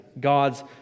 God's